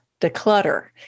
declutter